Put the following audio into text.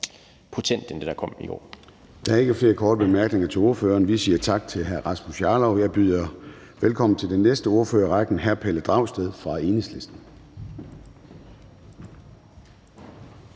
Formanden (Søren Gade): Der er ikke flere korte bemærkninger til ordførere. Vi siger tak til hr. Rasmus Jarlov. Jeg byder velkommen til den næste ordfører i rækken, hr. Pelle Dragsted fra Enhedslisten.